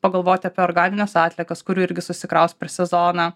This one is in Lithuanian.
pagalvoti apie organines atliekas kurių irgi susikraus per sezoną